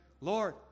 Lord